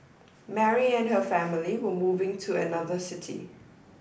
Mary and her family were moving to another city